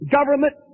Government